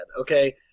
okay